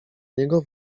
niego